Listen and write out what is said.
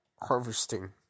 harvesting